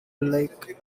lake